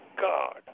God